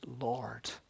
Lord